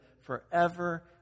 forever